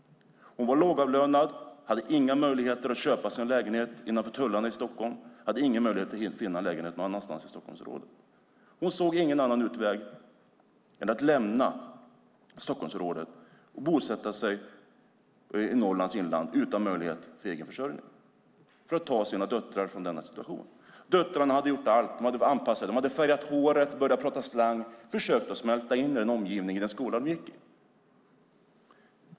Hon var lågavlönad, hade inga möjligheter att köpa sig en lägenhet innanför tullarna i Stockholm, ingen möjlighet att finna en lägenhet någon annanstans i Stockholmsområdet heller. Hon såg ingen annan utväg än att lämna Stockholmsområdet och bosätta sig i Norrlands inland, utan möjlighet till egen försörjning, för att ta sina döttrar från denna situation. Döttrarna hade gjort allt för att anpassa sig. De hade färgat håret, börjat prata slang, försökt att smälta in i omgivningen i den skola de gick i.